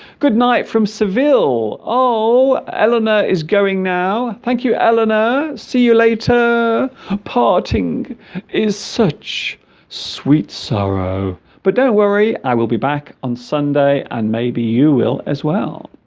goodnight from seville oh elinor is going now thank you eleanor see you later parting is such sweet sorrow but don't worry i will be back on sunday and maybe you will as well